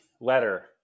letter